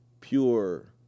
Pure